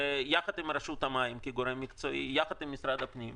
וגם יחד עם רשות המים כגורם מקצועי ויחד עם משרד הפנים,